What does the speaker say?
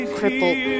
crippled